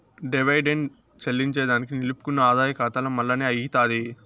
dividend చెల్లింజేదానికి నిలుపుకున్న ఆదాయ కాతాల మల్లనే అయ్యితాది